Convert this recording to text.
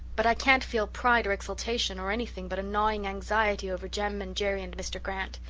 but i can't feel pride or exultation or anything but a gnawing anxiety over jem and jerry and mr. grant.